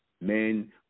Men